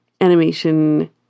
animation